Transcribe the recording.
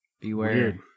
Beware